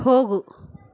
ಹೋಗು